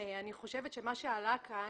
מה שעלה כאן,